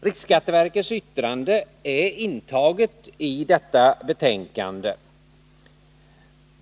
Riksskatteverkets yttrande är intaget i detta betänkande.